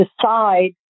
decide